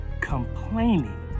complaining